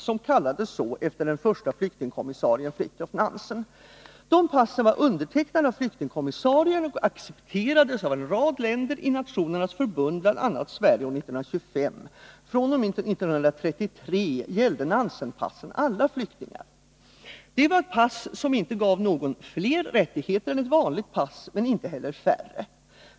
Det kallades så efter den förste flyktingkommissarien Fridthiof Nansen. De passen var undertecknade av flyktingkommissarien och accepterades av en rad länder anslutna till Nationernas förbund, bl.a. av Sverige 1925. fr.o.m. 1933 gällde Nansen-passen alla flyktingar. De var pass som inte gav innehavaren fler rättigheter än ett vanligt pass, men inte heller färre.